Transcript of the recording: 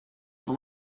have